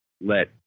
let